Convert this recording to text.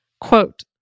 Quote